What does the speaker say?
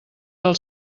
del